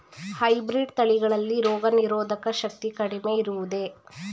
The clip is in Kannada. ಹೈಬ್ರೀಡ್ ತಳಿಗಳಲ್ಲಿ ರೋಗನಿರೋಧಕ ಶಕ್ತಿ ಕಡಿಮೆ ಇರುವುದೇ?